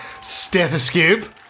stethoscope